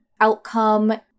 outcome